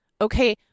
Okay